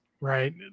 right